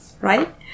right